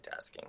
multitasking